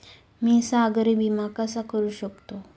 मी सागरी विमा कसा करू शकतो?